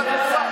שב.